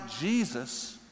Jesus